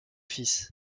fils